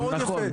נכון,